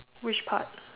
which part